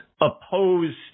opposed